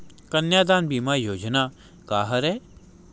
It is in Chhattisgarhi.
कन्यादान बीमा योजना का हरय?